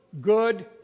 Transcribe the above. good